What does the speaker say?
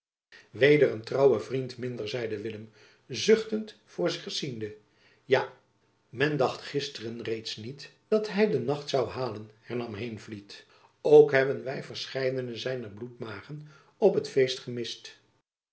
weder een trouwe vriend minder zeide willem zuchtend voor zich ziende ja men dacht gisteren reeds niet dat hy de jacob van lennep elizabeth musch nacht zoû halen hernam heenvliet ook hebben wy verscheidenen zijner bloedmagen op het feest gemist